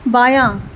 بایاں